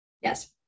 Yes